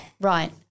right